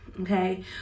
okay